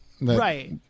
Right